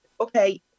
okay